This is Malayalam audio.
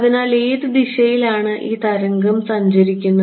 അതിനാൽ ഏത് ദിശയിലാണ് ഈ തരംഗം സഞ്ചരിക്കുന്നത്